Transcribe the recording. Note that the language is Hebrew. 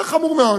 זה חמור מאוד.